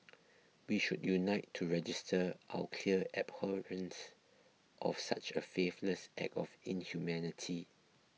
we should unite to register our clear abhorrence of such a faithless act of inhumanity